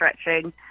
stretching